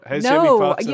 No